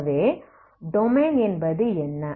ஆகவே டொமைன் என்பது என்ன